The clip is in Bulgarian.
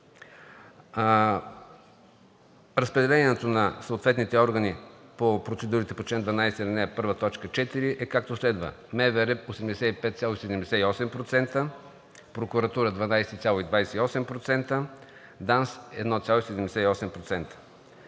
Разпределението на съответните органи по процедурите по чл. 12, ал. 1, т. 4 е, както следва: МВР – 85,78%; прокуратура – 12,28%, ДАНС – 1,78%.